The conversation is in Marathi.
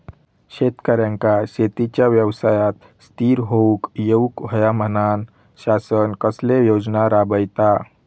शेतकऱ्यांका शेतीच्या व्यवसायात स्थिर होवुक येऊक होया म्हणान शासन कसले योजना राबयता?